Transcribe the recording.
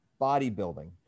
bodybuilding